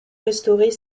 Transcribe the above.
restaurées